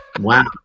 Wow